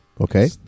Okay